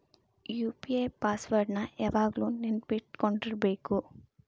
UPI password ನ ಯಾವಾಗ್ಲು ನೆನ್ಪಿಟ್ಕೊಂಡಿರ್ಬೇಕು